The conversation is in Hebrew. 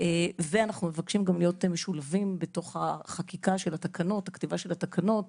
אנו מבקשים להיות משולבים בכתיבת התקנות